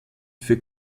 für